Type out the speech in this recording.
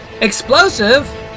explosive